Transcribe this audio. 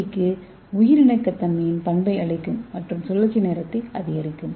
டிக்கு உயிர் இணக்கத்தன்மையின் பண்பை அளிக்கும் மற்றும் சுழற்சி நேரத்தை அதிகரிக்கும்